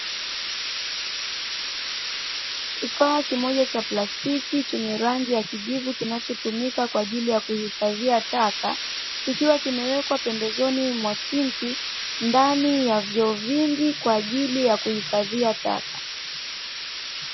Kifaa kimoja cha plastiki chenye rangi ya kijivu kinachotumika kwa ajili kuhifadhia taka, kikiwa kimewekwa pembezoni mwa sinki ndani ya vyoo vingi kwa ajili ya kuhifadhia taka.